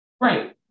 Right